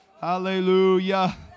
Hallelujah